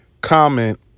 comment